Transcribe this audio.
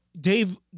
Dave